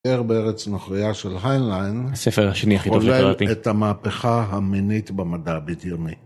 ספר בארץ נוכרייה של היינליין עולה את המהפכה המינית במדע בדיוני.